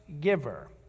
giver